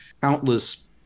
countless